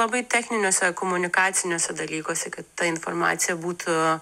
labai techniniuose komunikaciniuose dalykuose kad ta informacija būtų